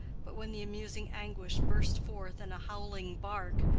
but when the amusing anguish burst forth in a howling bark,